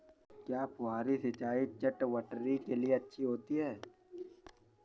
क्या फुहारी सिंचाई चटवटरी के लिए अच्छी होती है?